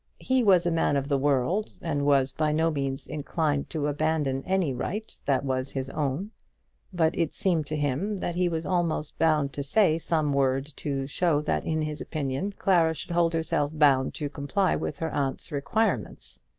he was a man of the world, and was by no means inclined to abandon any right that was his own but it seemed to him that he was almost bound to say some word to show that in his opinion clara should hold herself bound to comply with her aunt's requirements.